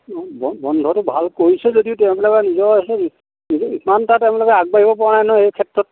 বন্ধটো ভাল কৰিছে যদিও তেওঁবিলাকে নিজৰ ইমান এটা তেওঁলোকে আগবাঢ়িব পৰা নাই নহয় এই ক্ষেত্ৰত